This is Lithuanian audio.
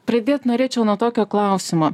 pradėt norėčiau nuo tokio klausimo